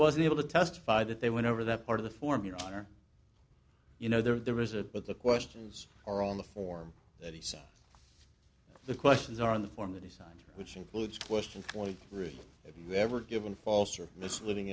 wasn't able to testify that they went over that part of the form your honor you know there is a but the questions are on the form that he saw the questions are in the form that he signed which includes questions twenty three if you've ever given false or misleading